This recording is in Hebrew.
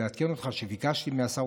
לעדכן אותך שביקשתי מהשר,